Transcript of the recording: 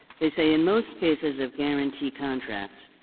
they say, in most cases of guaranty contracts,